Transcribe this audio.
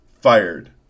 fired